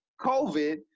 COVID